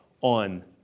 on